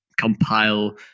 compile